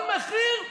כל מחיר,